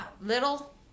little